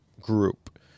group